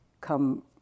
come